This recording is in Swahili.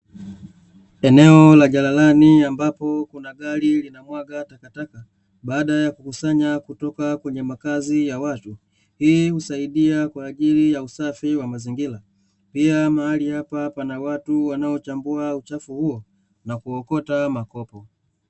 Eneo la jalalani ambapo kuna gari linamwaga takataka, baada ya kukusanya kutoka kwenye makazi ya watu. Hii husaidia kwa ajili ya usafi wa mazingira, pia mahali hapa pana watu wanaochambua uchafu huo na kuokota makopo.